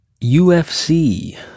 UFC